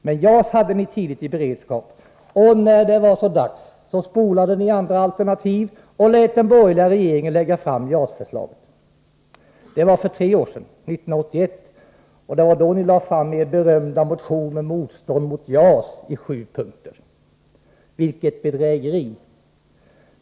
Men JAS hade ni tidigt i beredskap, och när det var dags spolade ni andra alternativ och lät den borgerliga regeringen lägga fram JAS-förslaget. Det var för tre år sedan, 1981. Det var då ni lade fram er berömda motion med ett motstånd mot JAS i sju punkter. Vilket bedrägeri!